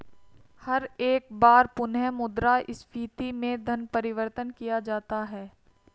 हर एक बार पुनः मुद्रा स्फीती में धन परिवर्तन किया जाता है